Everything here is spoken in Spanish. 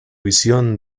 visión